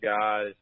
guys